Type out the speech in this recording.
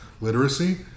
literacy